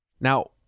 Now